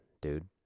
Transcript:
dude